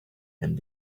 and